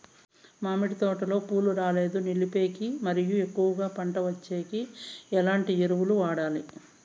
మామిడి తోటలో పూలు రాలేదు నిలిపేకి మరియు ఎక్కువగా పంట వచ్చేకి ఎట్లాంటి ఎరువులు వాడాలి?